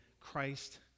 Christ